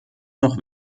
noch